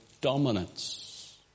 dominance